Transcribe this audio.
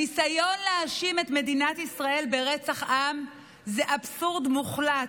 הניסיון להאשים את מדינת ישראל ברצח עם הוא אבסורד מוחלט,